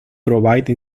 provide